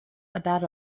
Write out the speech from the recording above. about